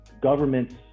governments